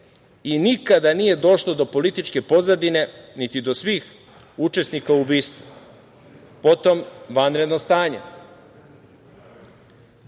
i nikada nije došlo do političke pozadine niti do svih učesnika u ubistvu, potom vanredno stanje,